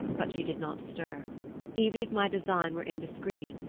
but she did not stir even if my design were indiscreet,